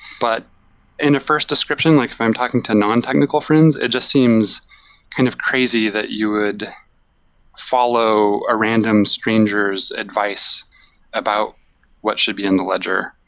but in a first description, like if i'm talking to nontechnical friends, it just seems kind of crazy that you would follow a random stranger s advice about what should be in the ledger.